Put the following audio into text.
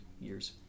years